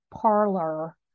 parlor